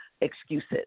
excuses